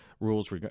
rules